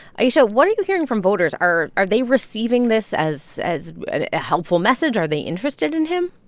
ayesha, what are you hearing from voters? are are they receiving this as as a helpful message? are they interested in him?